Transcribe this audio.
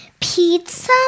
pizza